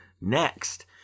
next